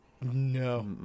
No